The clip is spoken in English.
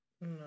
No